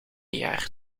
jaar